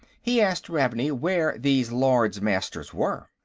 he asked ravney where these lords-master were.